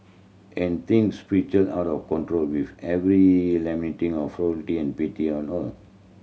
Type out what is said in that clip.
and things spiral out of control with every lamenting of and pity all